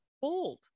bold